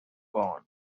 gone